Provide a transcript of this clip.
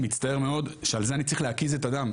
אני מצטער מאוד שעל זה אני צריך להקיז את הדם,